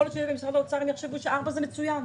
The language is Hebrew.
יכול להיות שבמשרד האוצר הם יחשבו ש-4% זה מצוין.